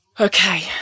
Okay